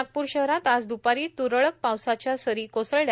नागपूर शहरात आज दुपारी तूरळक पावसाच्या सरी कोसळल्या